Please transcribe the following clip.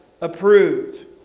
approved